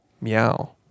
Meow